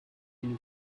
une